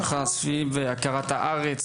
ומהאפשרויות שמצויות באחריותך סביב נושא הכרת הארץ,